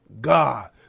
God